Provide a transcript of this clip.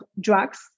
drugs